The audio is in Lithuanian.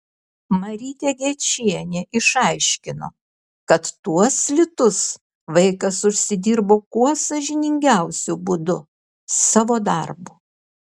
marytė gečienė išaiškino kad tuos litus vaikas užsidirbo kuo sąžiningiausiu būdu savo darbu